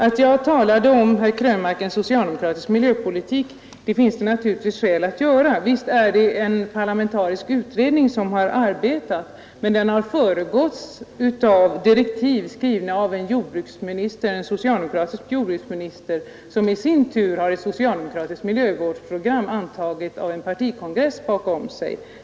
Det finns naturligtvis skäl, herr Krönmark, att som jag gjorde tala om en socialdemokratisk miljöpolitik. Visst är det en parlamentarisk utred ning som har arbetat, men den har föregåtts av direktiv, skrivna av en. socialdemokratisk jordbruksminister, som i sin tur har ett socialdemokratiskt miljövårdsprogram, antaget av en partikongress, bakom sig.